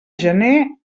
gener